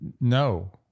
No